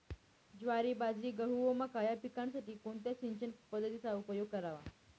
ज्वारी, बाजरी, गहू व मका या पिकांसाठी कोणत्या सिंचन पद्धतीचा उपयोग करावा?